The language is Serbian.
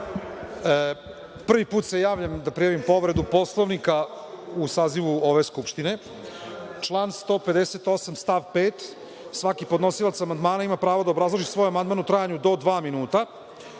put se javljam da prijavim povredu Poslovnika u sazivu ove Skupštine. Član 158. stav 5. - svaki podnosilac amandmana ima pravo da obrazloži svoj amandman u trajanju do dva